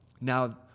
Now